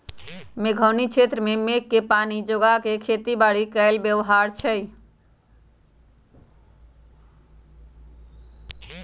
मेघोउनी क्षेत्र में मेघके पानी जोगा कऽ खेती बाड़ी लेल व्यव्हार छै